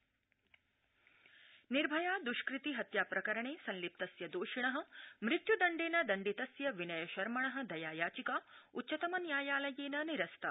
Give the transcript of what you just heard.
शीर्षन्यायालय निर्भया दृष्कृति हत्याप्रकरणे संलिप्तस्य दोषिण मृत्यदण्डेन दण्डितस्य विनयशर्मण दया याचिका उच्चतमन्यायालयेनाद्य निरस्ता